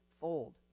fold